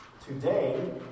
today